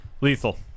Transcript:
Lethal